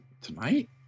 Tonight